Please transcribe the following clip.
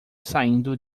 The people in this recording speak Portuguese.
saindo